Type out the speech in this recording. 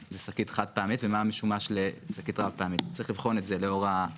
משרד האוצר הוא חבר בהנהלת הקרן שני חברים מתוך שבעה,